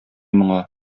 моңа